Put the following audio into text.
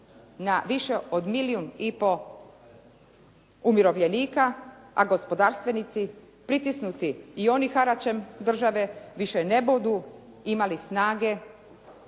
na više od milijun i pol umirovljenika, a gospodarstvenici pritisnuti i oni haračem države više ne budu imali snage